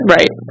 Right